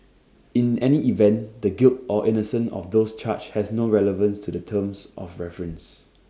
in any event the guilt or innocence of those charged has no relevance to the terms of reference